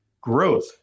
growth